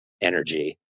energy